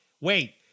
wait